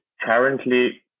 currently